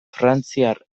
frantziar